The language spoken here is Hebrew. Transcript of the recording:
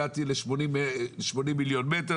הגעתי ל-80 מיליון מטר,